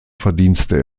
verdienste